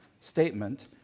statement